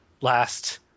last